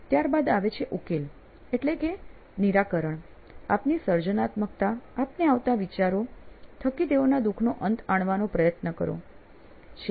ત્યાર બાદ આવે છે ઉકેલ એટલે કે આપ નિરાકરણ આપની સર્જનાત્મકતાઆપને આવતા વિચારો થકી તેઓના દુખનો અંત આણવાનો પ્રયત્ન કરો છો